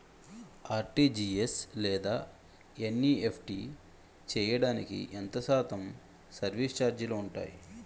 RTGS లేదా NEFT చేయడానికి ఎంత శాతం సర్విస్ ఛార్జీలు ఉంటాయి?